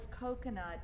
coconut